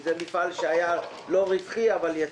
כי זה מפעל שהיה לא רווחי אבל יציב.